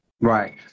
right